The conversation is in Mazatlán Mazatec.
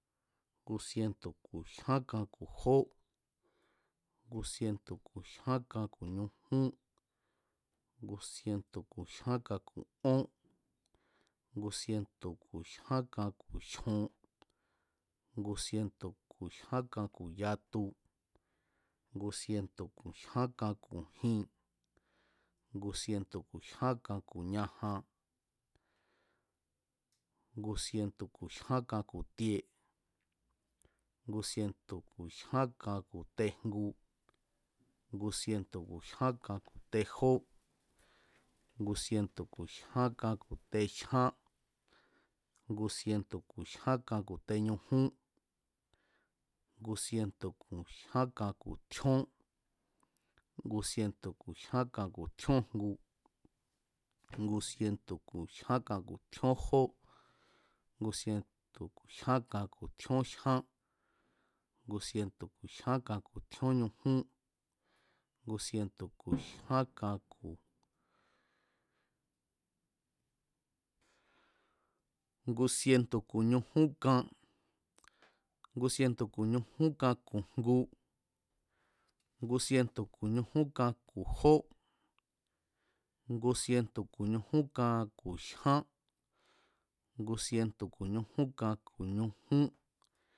Ngu sientu̱ ku̱ jyánkan ku̱ jó, ngu sientu̱ ku̱ jyankan ku̱ jyán, ngu sientu̱ ku̱ jyánkan ku̱ ñujún, ngu sientu̱ ku̱ jyánkan ku̱ ón, ngu sientu̱ ku̱ jyán kan ku̱ jyon, ngu sientu̱ ku̱ jyan kan ku̱ yatu, ngu sientu̱ ku̱ jyán kan ku̱ jin, ngu sinetu̱ ku̱ jyánkan ku̱ ñajan, ngu sientu ku̱ jyán kan ku̱ tie ngu sientu̱ ku̱ jyan kan ku̱ tejngu, ngu sientu ku̱ jyánkan ku̱ tejó, ngu sientu̱ ku̱ jyán kan ku̱ tejyán, ngu sientu̱ ku̱ jyán kan ku̱ teñujún, ngu sinetu̱ ku̱ jyán kan tjíón, ngu sinetu̱ ku̱ jyán kan ku̱ tjíónjngu, ngu sientu̱ ku̱ jyan kan ku̱ tjíó jó, ngu sientu̱ ku̱ jyán kan ku̱ tjíón jyán, ngu sientu̱ ku̱ jyán kan ku̱ tjíón ñujún. ngu sinetu̱ ku̱ ñujún kan, ngu sinetu̱ ku̱ ñujún kan ku̱ ngu, ngu sientu̱ ku̱ ñujún kan ku̱ jó, ngu sinetu̱ ku̱ ñujún kan ku̱ jyán, ngu sientu̱ ku̱ ñujún kan ku̱ ñujún, ngu sientu̱ ku̱ ñujún kan ku̱ ón